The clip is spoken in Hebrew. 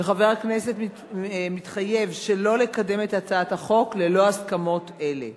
וחבר הכנסת מתחייב שלא לקדם את הצעת החוק ללא הסכמות אלה.